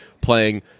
playing